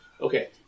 Okay